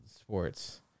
sports